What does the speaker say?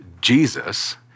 Jesus